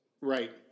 Right